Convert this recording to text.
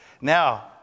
Now